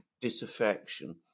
disaffection